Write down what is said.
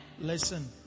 Listen